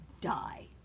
die